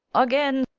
again!